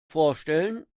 vorstellen